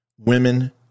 Women